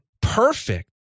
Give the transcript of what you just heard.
perfect